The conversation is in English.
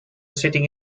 sitting